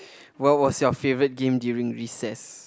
what was your favourite game during recess